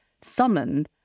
summon